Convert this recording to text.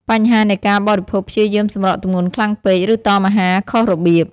បញ្ហានៃការបរិភោគព្យាយាមសម្រកទម្ងន់ខ្លាំងពេក ឬតមអាហារខុសរបៀប។